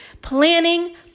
planning